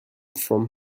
from